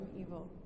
evil